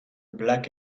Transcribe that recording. black